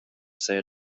said